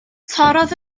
torrodd